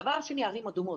הדבר השני, ערים אדומות.